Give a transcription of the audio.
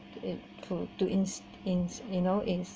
it to to in in you know is